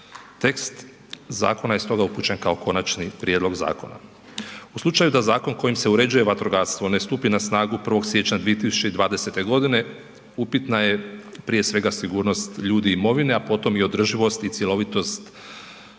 Tekst zakona je stoga upućen kao konačni prijedlog zakona. U slučaju da zakon kojim se uređuje vatrogastvo ne stupi na snagu 1. siječnja 2020. godine, upitna je prije svega sigurnost ljudi i imovine, a potom i održivost i cjelovitost sustava